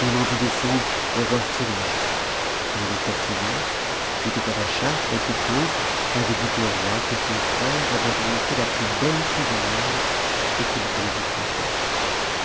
on en vit descendre le roi fourbin un des courtisans qui étaient à la chasse avec le prince avait dit au roi que son frère avait rencontré la plus belle fille du monde et qu'il voulait l'épouser